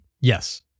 Yes